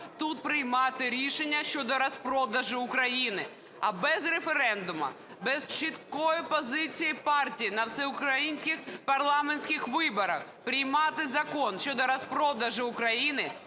тут приймати рішення щодо розпродажу України. А без референдуму, без чіткої позиції партії на всеукраїнських парламентських виборах приймати закон щодо розпродажу України